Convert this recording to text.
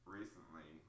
recently